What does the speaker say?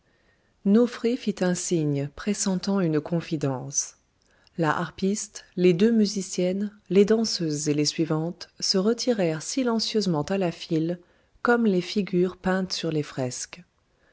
somnofré fit un signe pressentant une confidence la harpiste les deux musiciennes les danseuses et les suivantes se retirèrent silencieusement à la file comme les figures peintes sur les fresques